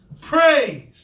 Praise